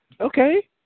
Okay